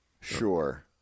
Sure